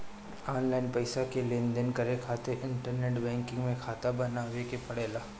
online पईसा के लेनदेन करे खातिर इंटरनेट बैंकिंग में खाता बनावे के पड़ेला